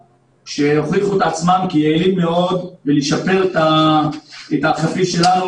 שהוכיחו את עצמם כיעילים מאוד בלשפר את האכיפה שלנו,